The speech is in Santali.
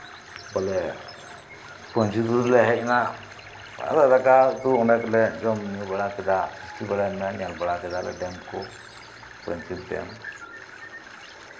ᱵᱚᱞᱮ ᱯᱟᱧᱪᱮᱛ ᱵᱩᱨᱩᱞᱮ ᱦᱮᱡᱱᱟ ᱟᱫᱚ ᱫᱟᱠᱟ ᱩᱛᱩ ᱚᱱᱰᱮ ᱜᱮᱞᱮ ᱡᱚᱢ ᱧᱩ ᱵᱟᱲᱟ ᱠᱮᱫᱟ ᱯᱷᱮᱥᱤᱵᱟᱲᱟ ᱠᱮᱫᱟ ᱧᱮᱞ ᱵᱟᱲᱟ ᱠᱮᱫᱟ ᱰᱮᱢ ᱠᱚ ᱯᱟᱧᱪᱮᱛ ᱰᱮᱢ